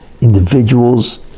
individuals